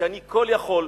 כי אני כול יכול,